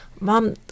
mom